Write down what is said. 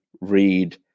read